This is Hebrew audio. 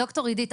ד"ר אידית,